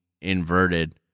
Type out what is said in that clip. inverted